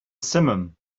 simum